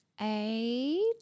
Eight